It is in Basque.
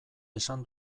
esan